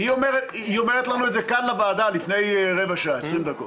היא אומרת את זה כאן לוועדה, לפני עשרים דקות.